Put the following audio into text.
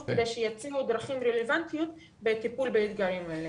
כדי שיציעו דרכים רלוונטיות בטיפול באתגרים האלה.